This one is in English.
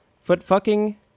foot-fucking